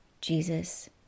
Jesus